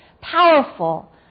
powerful